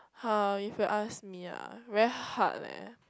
[huh] if you ask me ah very hard leh